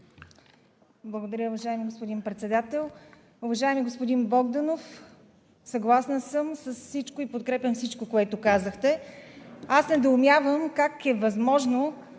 Благодаря, уважаеми господин Председател. Уважаеми господин Богданов, съгласна съм с всичко и подкрепям всичко, което казахте. Аз недоумявам как е възможно